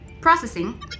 Processing